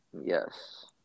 Yes